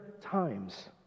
times